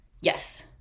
Yes